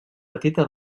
petita